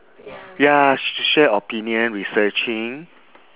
ya sh~ share opinion researching